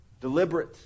deliberate